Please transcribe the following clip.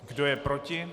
Kdo je proti?